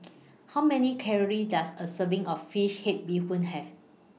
How Many Calories Does A Serving of Fish Head Bee Hoon Have